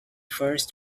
first